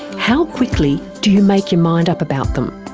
how quickly do you make your mind up about them,